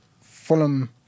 Fulham